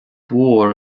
mór